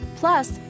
Plus